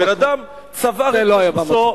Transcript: זה לא זכות, זה לא היה במקום.